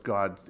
God